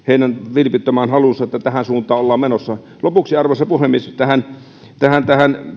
vilpittömään haluunsa että tähän suuntaan ollaan menossa lopuksi arvoisa puhemies tähän tähän